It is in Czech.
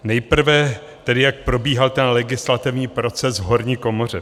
Nejprve tedy jak probíhal legislativní proces v horní komoře.